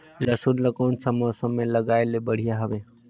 लसुन ला कोन सा मौसम मां लगाय ले बढ़िया हवे?